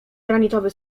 granitowy